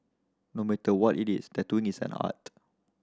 no matter what it is tattooing is an art